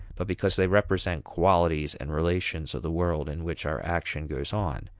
but because they represent qualities and relations of the world in which our action goes on,